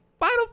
Final